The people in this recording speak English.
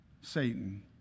Satan